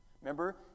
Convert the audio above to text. Remember